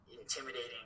intimidating